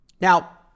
Now